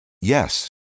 Yes